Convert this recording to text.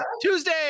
Tuesday